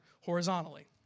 horizontally